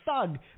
thug